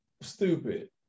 stupid